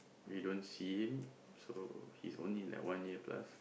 we don't see him so he's only like one year plus